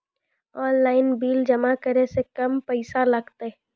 Online bill जमा करै से कम पैसा लागतै?